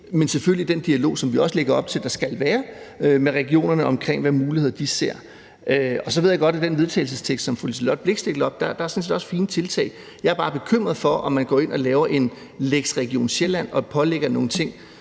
også være den dialog, som vi også lægger op til der skal være med regionerne, om, hvilke muligheder de ser. Så ved jeg godt, at der i den vedtagelsestekst, som fru Liselott Blixt læste op, sådan set også er fine tiltag. Jeg er bare bekymret for, om man går ind og laver en lex Region Sjælland og pålægger dem